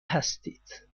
هستید